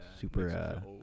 super